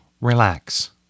relax